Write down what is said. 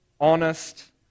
honest